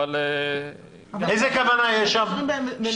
איזו כוונה יש שם?